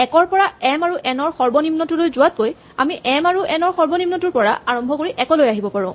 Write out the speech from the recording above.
১ ৰ পৰা এম আৰু এন ৰ সৰ্বনিম্নটোলৈ যোৱাতকৈ আমি এম আৰু এন ৰ সৰ্বনিম্নটোৰ পৰা আৰম্ভ কৰি ১ লৈ আহিব পাৰো